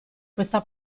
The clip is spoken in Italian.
questa